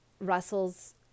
Russell's